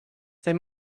they